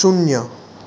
શૂન્ય